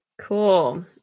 cool